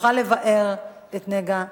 נוכל לבער את נגע האלימות.